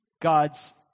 god's